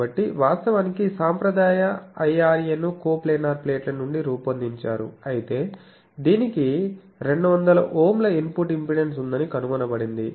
కాబట్టి వాస్తవానికి సాంప్రదాయ IRA ను కోప్లానార్ ప్లేట్ల నుండి రూపొందించారు అయితే దీనికి 200Ω ల ఇన్పుట్ ఇంపెడెన్స్ ఉందని కనుగొనబడింది